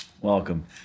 Welcome